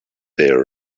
there